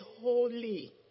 holy